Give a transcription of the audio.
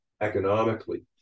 economically